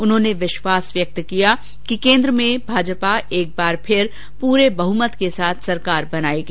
उन्होंने विश्वास व्यक्त किया कि केंद्र में भाजपा एक बार फिर पूर्ण बहमत के साथ सरकार बनायेगी